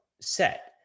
set